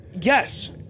Yes